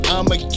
I'ma